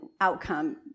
outcome